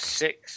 six